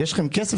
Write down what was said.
יש לכם כסף?